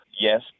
Yes